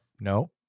No